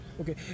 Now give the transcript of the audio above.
okay